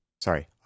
Sorry